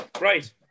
Right